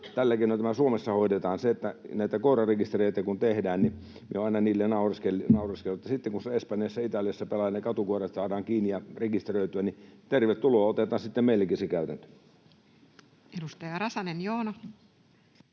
Tällä keinoin tämä Suomessa hoidetaan. Kun näitä koirarekistereitä tehdään, niin olen aina niille naureskellut. Sitten kun Espanjassa ja Italiassa katukoirat saadaan kiinni ja rekisteröityä, niin tervetuloa, otetaan sitten meillekin se käytäntö. Edustaja Räsänen, Joona.